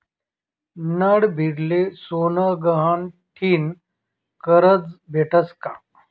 नडभीडले सोनं गहाण ठीन करजं भेटस का?